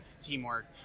teamwork